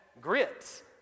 grits